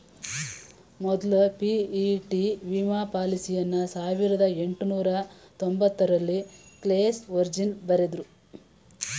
ಮೊದ್ಲ ಪಿ.ಇ.ಟಿ ವಿಮಾ ಪಾಲಿಸಿಯನ್ನ ಸಾವಿರದ ಎಂಟುನೂರ ತೊಂಬತ್ತರಲ್ಲಿ ಕ್ಲೇಸ್ ವರ್ಜಿನ್ ಬರೆದ್ರು